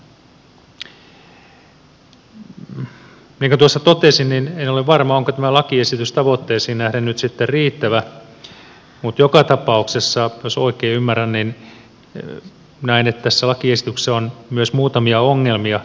niin kuin tuossa totesin niin en ole varma onko tämä lakiesitys tavoitteisiin nähden nyt sitten riittävä mutta joka tapauksessa jos oikein ymmärrän näen että tässä lakiesityksessä on myös muutamia ongelmia